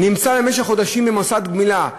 נמצא במשך חודשים במוסד גמילה.